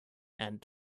and